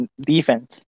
defense